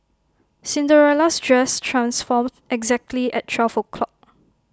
Cinderella's dress transformed exactly at twelve o'clock